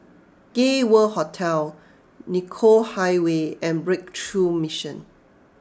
Gay World Hotel Nicoll Highway and Breakthrough Mission